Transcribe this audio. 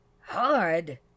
hard